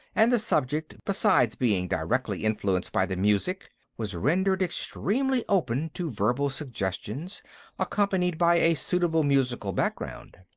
and the subject, beside being directly influenced by the music, was rendered extremely open to verbal suggestions accompanied by a suitable musical background.